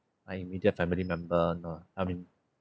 my immediate family member know I mean